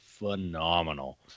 phenomenal